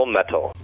Metal